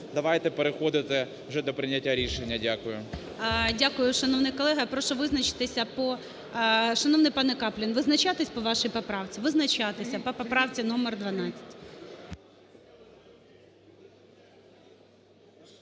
давайте переходити вже до прийняття рішення. Дякую. ГОЛОВУЮЧИЙ. Дякую, шановний колего. Прошу визначитися по… Шановний пане Каплін, визначатись по вашій поправці? Визначатися по поправці номер 12.